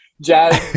jazz